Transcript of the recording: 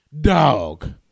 dog